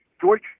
George